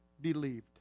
believed